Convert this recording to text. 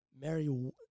Mary